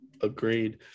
Agreed